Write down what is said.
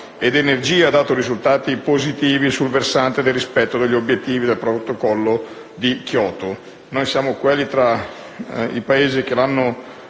ed energia ha dato risultati positivi sul versante del rispetto degli obiettivi del Protocollo di Kyoto; noi siamo tra i Paesi che li hanno